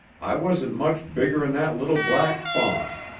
i wasn't much bigger'n that little black fawn.